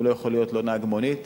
הוא לא יכול להיות נהג מונית,